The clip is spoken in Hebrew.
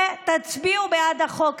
ותצביעו בעד החוק הזה,